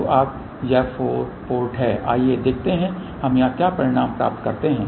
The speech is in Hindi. तो अब ये 4 पोर्ट हैं आइए देखते हैं कि हम यहां क्या परिणाम प्राप्त करते हैं